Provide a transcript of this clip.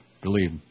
Believe